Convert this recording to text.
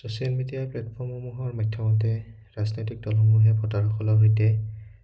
social media প্লেটফৰ্মসমূহৰ মাধ্যমতে ৰাজনৈতিক দলসমূহে ভোটাৰসকলৰ সৈতে